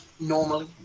normally